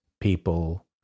people